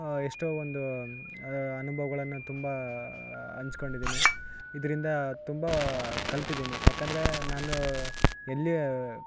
ಎಷ್ಟೋ ಒಂದು ಅನುಭವಗಳನ್ನು ತುಂಬ ಹಂಚ್ಕೊಂಡಿದಿನಿ ಇದ್ರಿಂದ ತುಂಬ ಕಲ್ತಿದಿನಿ ಯಾಕಂದರೆ ನಾನೂ ಎಲ್ಲಿ